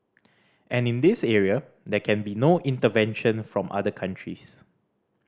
and in this area there can be no intervention from other countries